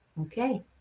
Okay